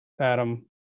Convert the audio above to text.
Adam